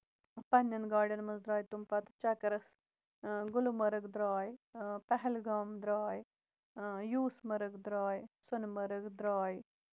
پَنٕنٮ۪ن گاڑٮ۪ن منٛز دراے تِم پَتہٕ چَکرَس گُلمَرٕگ دراے پَہلگام دراے یوٗس مَرٕگ دراے سونمَرٕگ دراے